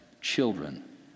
children